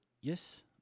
yes